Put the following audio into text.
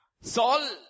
Saul